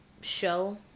show